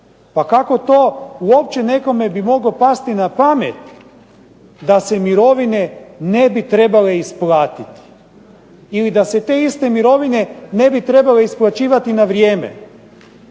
Pa kako to uopće nekome bi moglo pasti na pamet da se mirovine ne bi trebale isplatiti ili da se te iste mirovine ne bi trebale isplaćivati na vrijeme.